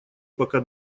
пока